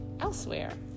elsewhere